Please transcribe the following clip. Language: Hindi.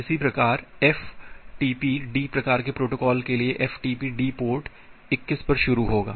इसी प्रकार ftpd प्रकार के प्रोटोकॉल के लिए ftpd पोर्ट 21 पर शुरू होगा